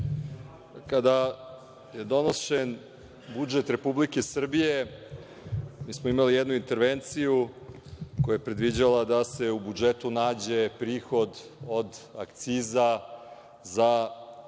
Kada je donošen budžet Republike Srbije imali smo jednu intervenciju koja je predviđala da se u budžetu nađe prihod od akciza za